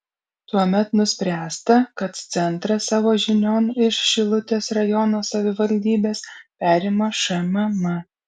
tuomet nuspręsta kad centrą savo žinion iš šilutės rajono savivaldybės perima šmm